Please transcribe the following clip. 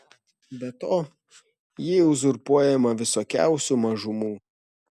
be to ji uzurpuojama visokiausių mažumų